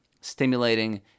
stimulating